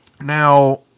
now